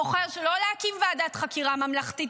בוחר שלא להקים ועדת חקירה ממלכתית